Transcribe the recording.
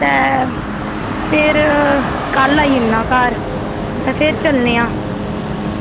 ते फिर कल आई जन्नां घर ते फिर चलने आं